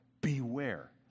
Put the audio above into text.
beware